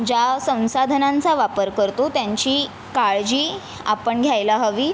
ज्या संसाधनांचा वापर करतो त्यांची काळजी आपण घ्यायला हवी